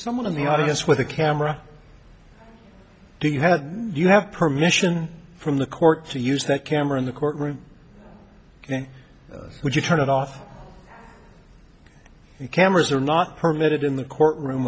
someone in the audience with a camera do you have you have permission from the court to use that camera in the courtroom ok would you turn it off cameras are not permitted in the courtroom